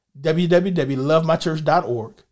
www.lovemychurch.org